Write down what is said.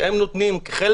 חלק